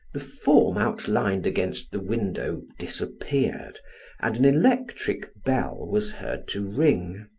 the form outlined against the window disappeared and an electric bell was heard to ring.